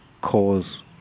cause